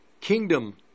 kingdom